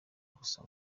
gusa